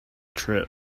trip